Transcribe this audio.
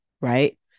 right